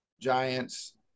giants